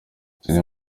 zimwe